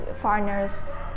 foreigners